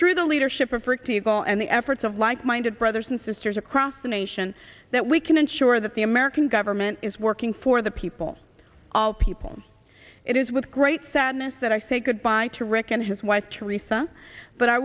through the leadership of rick people and the efforts of like minded brothers and sisters across the nation that we can ensure that the american government is working for the people all people it is with great sadness that i say goodbye to rick and his wife teresa but i